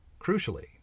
Crucially